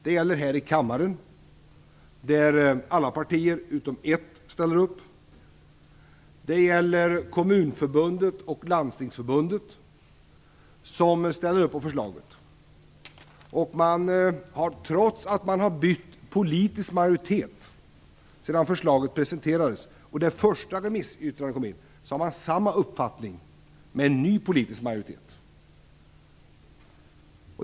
Det gäller här i kammaren, där alla partier utom ett står bakom systemet, och även för Kommunförbundet och Landstingsförbundet, som ställer sig bakom förslaget. Trots att man fått en annan politisk majoritet sedan förslaget presenterades och det första remissyttrandet kom in har man samma uppfattning, nu med en ny politisk majoritet.